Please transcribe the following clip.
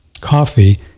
coffee